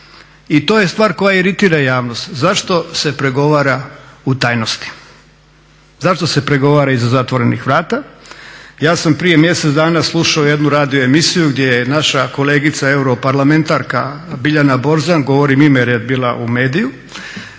i to je stvar koja iritira javnost. Zašto se pregovara u tajnosti, zašto se pregovara iza zatvorenih vrata? Ja sam prije mjesec dana slušao jednu radioemisiju gdje je naša kolegica europarlamentarka Biljana Borzan, govorim ime jer je bila u mediju,